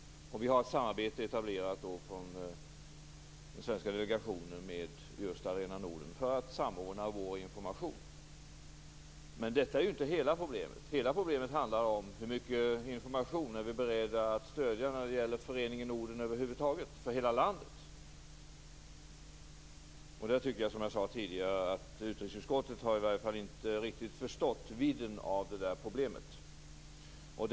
Vi har ett samarbete etablerat mellan svenska delegationen med Arena Norden för att samordna informationen. Men detta är inte hela problemet. Hela problemet handlar om hur mycket information vi är beredd att stödja med för hela landet när det gäller Föreningen Norden. Utrikesutskottet har inte riktigt förstått vidden av problemet.